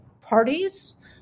parties